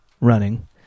running